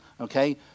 okay